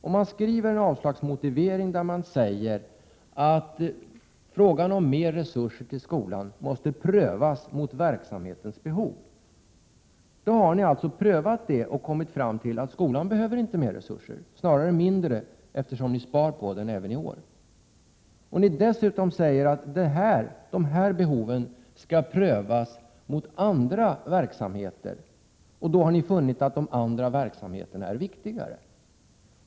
Om det skrivs i avslagsmotiveringen att frågan om mera resurser till skolan måste prövas mot verksamhetens behov, innebär det att ni således har prövat det och kommit fram till att skolan inte behöver mer resurser, snarare mindre, eftersom ni sparar på den även i år. Ni säger dessutom att dessa behov skall prövas mot andra verksamheter. Ni har då funnit att dessa andra verksamheter är viktigare.